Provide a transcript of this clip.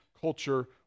culture